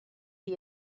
die